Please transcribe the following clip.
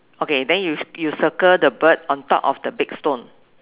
okay then you will you will circle the part on top of the big stone